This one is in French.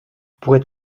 pourrais